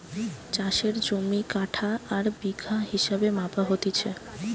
চাষের জমি কাঠা আর বিঘা হিসেবে মাপা হতিছে